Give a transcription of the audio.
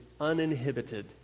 uninhibited